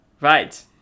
Right